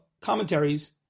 commentaries